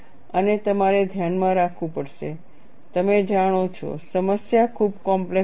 અને તમારે ધ્યાનમાં રાખવું પડશે તમે જાણો છો સમસ્યા ખૂબ કોમ્પ્લેક્ષ છે